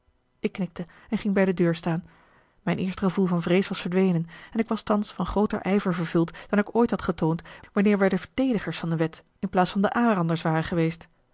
ik knikte en ging bij de deur staan mijn eerste gevoel van vrees was verdwenen en ik was thans van grooter ijver vervuld dan ik ooit had getoond wanneer wij de verdedigers van de wet in plaats van de aanranders waren geweest